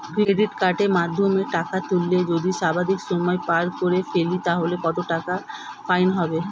Credit কার্ডের মাধ্যমে টাকা তুললে যদি সর্বাধিক সময় পার করে ফেলি তাহলে কত টাকা ফাইন হবে?